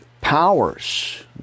powers